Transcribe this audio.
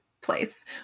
place